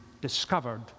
discovered